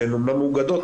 שהן אמנם מאוגדות,